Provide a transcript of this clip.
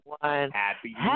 Happy